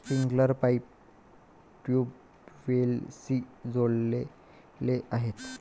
sprinkler pipe ट्यूबवेल्सशी जोडलेले आहे